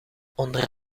onder